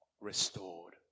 restored